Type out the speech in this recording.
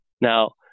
now